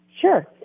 Sure